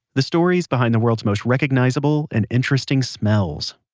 the stories behind the world's most recognizable and interesting smells